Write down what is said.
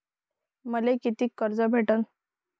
मले कितीक कर्ज भेटन?